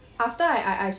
after I I I